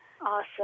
awesome